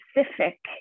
specific